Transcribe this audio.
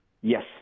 Yes